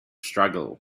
struggle